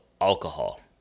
alcohol